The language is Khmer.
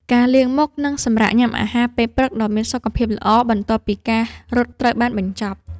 ការលាងមុខ និងសម្រាកញ៉ាំអាហារពេលព្រឹកដ៏មានសុខភាពល្អ បន្ទាប់ពីការរត់ត្រូវបានបញ្ចប់។